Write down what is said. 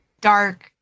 dark